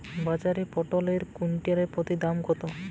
বাজারে পটল এর কুইন্টাল প্রতি দাম কত?